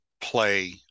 play